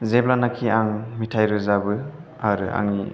जेब्लानाखि आं मेथाइ रोजाबो आरो आंनि